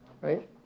right